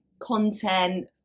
Content